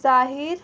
ظاہر